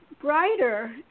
brighter